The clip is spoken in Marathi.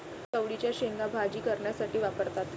चवळीच्या शेंगा भाजी करण्यासाठी वापरतात